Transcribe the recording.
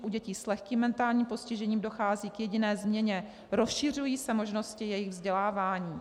U dětí s lehkým mentálním postižením dochází k jediné změně rozšiřují se možnosti jejich vzdělávání.